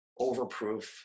overproof